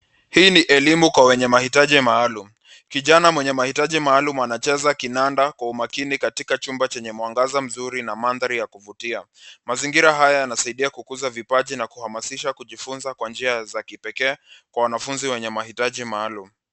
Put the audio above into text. Hii ni elimu kwa wenye mahitaji maalumu. Kijana mwenye mahitaji maalumu anacheza kinanda kwa umakini katika chumba chenye mwangaza mzuri na mandhari ya kuvutia. Mazingira haya yanasaidia kukuza vipaji na kuhamasisha kijifunza kwa njia za kipekee, kwa wanafunzi wenye mahitaji maalumu.